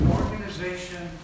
organization